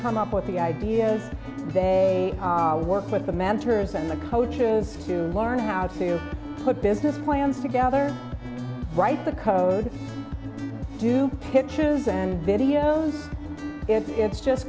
come up with the ideas they work with the managers and the coaches to learn how to put business plans together write the code do pictures and videos it's just